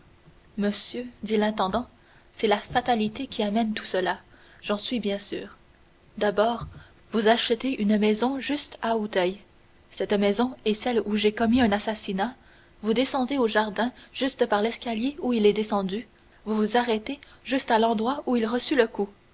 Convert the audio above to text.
monseigneur dit l'intendant c'est la fatalité qui amène tout cela j'en suis bien sûr d'abord vous achetez une maison juste à auteuil cette maison est celle où j'ai commis un assassinat vous descendez au jardin juste par l'escalier où il est descendu vous vous arrêtez juste à l'endroit où il reçut le coup